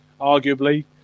Arguably